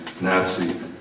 Nazi